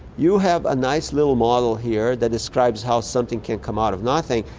you have a nice little model here that describes how something can come out of nothing,